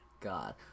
god